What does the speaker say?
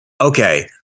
Okay